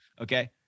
Okay